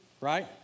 Right